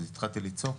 אז התחלתי לצעוק,